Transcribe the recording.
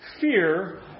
fear